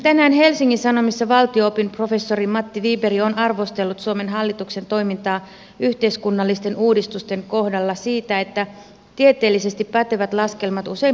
tänään helsingin sanomissa valtio opin professori matti wiberg on arvostellut suomen hallituksen toimintaa yhteiskunnallisten uudistusten kohdalla siitä että tieteellisesti pätevät laskelmat usein puuttuvat